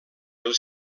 els